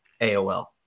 AOL